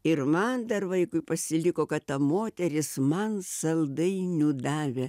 ir man dar vaikui pasiliko kad ta moteris man saldainių davė